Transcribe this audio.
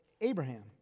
Abraham